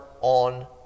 on